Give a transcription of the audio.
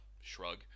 shrug